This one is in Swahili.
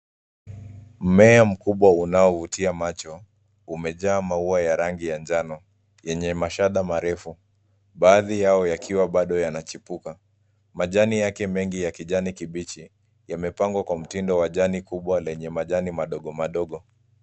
Mmea mkubwa unaovutia macho umejaa maua ya rangi ya njano yenye mashada marefu. Baadhi yao yakiwa bado yanachipuka. Majani yake mengi ya kijani kibichi, yamepangwa kwa mtindo wa jani kubwa lenye majani madogo madogo.